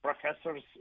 professors